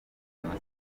bakoze